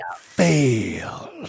fail